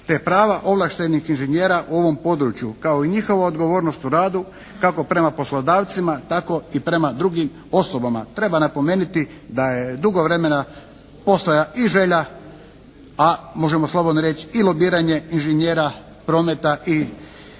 te prava ovlaštenih inženjera u ovom području kao i njihova odgovornost u radu kako prema poslodavcima tako i prema drugim osobama. Treba napomenuti da je dugo vremena postojala i želja, a možemo slobodno reći i lobiranje inženjera, prometa i